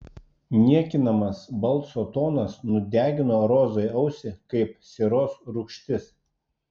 niekinamas balso tonas nudegino rozai ausį kaip sieros rūgštis